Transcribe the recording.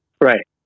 right